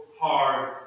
hard